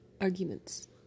arguments